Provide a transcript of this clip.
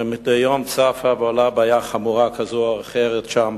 הרי מדי יום צפה ועולה בעיה חמורה כזאת או אחרת שם,